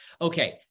Okay